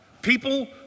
People